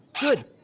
Good